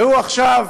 והוא עכשיו